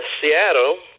Seattle